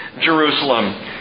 Jerusalem